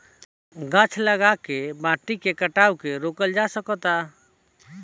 गाछ लगा के माटी के कटाव रोकल जा सकता